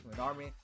army